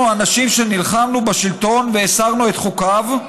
אנחנו האנשים שנלחמנו בשלטון והפרנו את חוקיו,